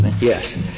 Yes